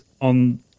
on